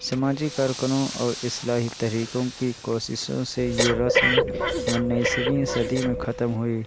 سماجی کارکنوں اور اصلاحی تحریکوں کی کوششوں سے یہ رسم انیسویں صدی میں ختم ہوئی